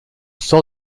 sort